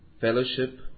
Fellowship